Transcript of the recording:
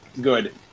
Good